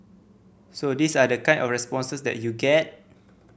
so these are the kind of responses that you get